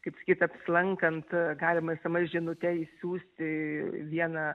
kaip sakyt apsilankant galima sms žinute išsiųsti vieną